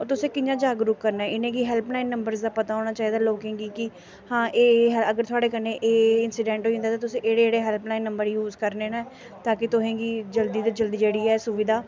होर तुसें कियां जागरूक करना ऐ इ'नेंगी हेल्पलाइन नंबर्स दा पता होना चाहिदा लोकें गी कि हां एह् एह् ऐ अगर थुआढ़े कन्नै एङ् एह् इंसीडेंट होई जंदा ऐ ते तुसें एह्ड़े एह्ड़े हैल्पलाइन नम्बर यूज करने न ताकि तोहें गी जल्दी ते जल्दी जेह्ड़ी ऐ सुविधा